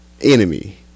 enemy